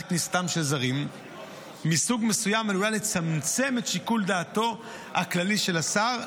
כניסתם של זרים מסוג מסוים עלולה לצמצם את שיקול דעתו הכללי של השר.